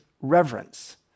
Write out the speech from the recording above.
reverence